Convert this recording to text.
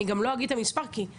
אני גם לא אגיד את המספר -- למה?